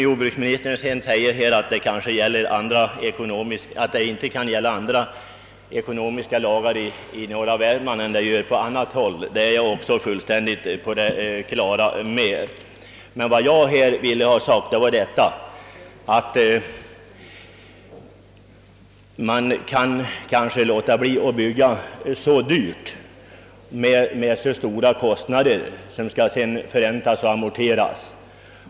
Jordbruksministern säger vidare att det inte kan gälla andra ekonomiska lagar i norra Värmland än på annat håll. Det är jag också fullkomligt på det klara med. Vad jag här ville ha sagt var emellertid, att man kanske kan låta bli att bygga så dyrt och skaffa sig stora byggnadskostnader, som sedan skall förräntas och amorteras.